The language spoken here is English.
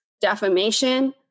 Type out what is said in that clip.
defamation